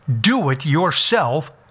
Do-it-yourself